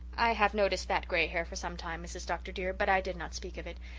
i have noticed that grey hair for some time, mrs. dr. dear, but i did not speak of it.